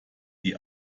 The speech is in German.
die